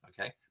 okay